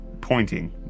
pointing